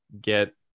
get